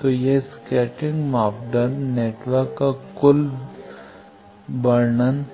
तो यह स्कैटरिंग मापदंड नेटवर्क का वर्णन